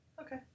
Okay